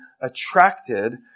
attracted